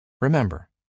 remember